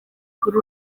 kuri